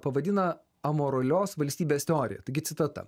pavadina amoralios valstybės teorija taigi citata